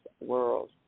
world